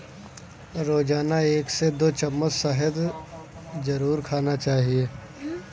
रोजाना एक से दो चम्मच शहद जरुर खाना चाहिए